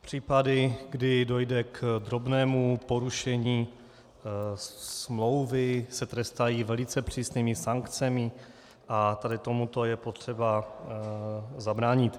Případy, kdy dojde k drobnému porušení smlouvy, se trestají velice přísnými sankcemi a tady tomuto je potřeba zabránit.